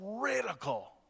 critical